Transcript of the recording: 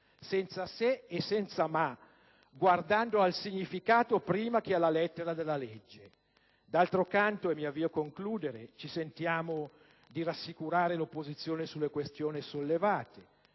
senza se e senza ma, guardando al significato prima che alla lettera della legge. D'altro canto, ci sentiamo di rassicurare l'opposizione sulle questioni sollevate: